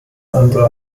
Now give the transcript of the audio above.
andere